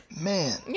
Man